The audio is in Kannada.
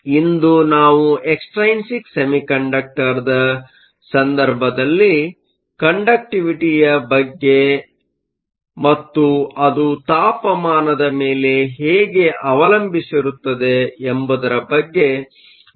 ಆದ್ದರಿಂದ ಇಂದು ನಾವು ಎಕ್ಸ್ಟ್ರೈನ್ಸಿಕ್ ಸೆಮಿಕಂಡಕ್ಟರ್ದ ಸಂದರ್ಭದಲ್ಲಿ ಕಂಡಕ್ಟಿವಿಟಿಯ ಬಗ್ಗೆ ಮತ್ತು ಅದು ತಾಪಮಾದ ಮೇಲೆ ಹೇಗೆ ಅವಲಂಬಿಸಿರುತ್ತದೆ ಎಂಬುದರ ಬಗ್ಗೆ ಮತ್ತಷ್ಟು ಕಲಿಯುತ್ತೇವೆ